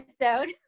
episode